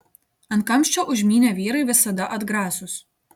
ant kamščio užmynę vyrai visada atgrasūs